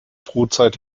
brutzeit